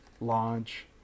launch